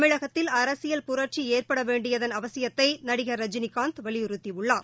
தமிழகத்தில் அரசியல் புரட்சிஏற்படவேண்டயதன் அவசியத்தைநடிகர் ரஜினிகாந்த் வலியுறுத்தியுள்ளார்